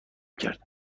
کرد